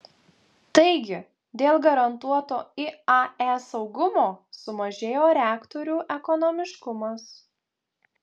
taigi dėl garantuoto iae saugumo sumažėjo reaktorių ekonomiškumas